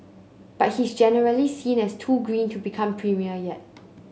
but he's generally seen as too green to become premier yet